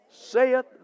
saith